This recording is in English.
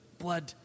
blood